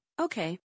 Okay